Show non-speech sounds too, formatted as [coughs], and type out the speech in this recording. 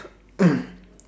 [coughs]